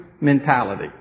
mentality